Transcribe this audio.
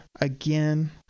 again